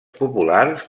populars